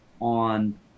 on